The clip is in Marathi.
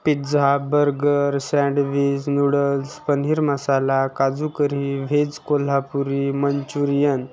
pizza burger sandwich noodles paneer masala kaju curry veg Kolhapuri Manchurian